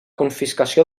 confiscació